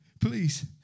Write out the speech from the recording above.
please